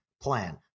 plan